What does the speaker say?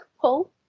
pull